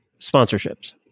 sponsorships